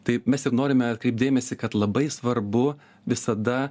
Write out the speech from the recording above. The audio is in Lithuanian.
tai mes ir norime atkreipt dėmesį kad labai svarbu visada